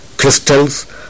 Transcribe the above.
Crystals